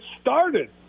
started